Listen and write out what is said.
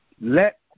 Let